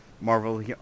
Marvel